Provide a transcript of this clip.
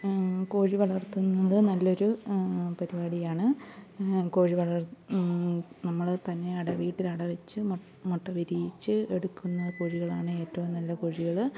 കോഴി വളർത്തുന്നത് നല്ലൊരു പരിപാടിയാണ് കോഴി നമ്മൾ തന്നെ അട വീട്ടിൽ അട വച്ച് മുട്ട വിരിയിച്ച് എടുക്കുന്ന കോഴികളാണ് ഏറ്റവും നല്ല കോഴികൾ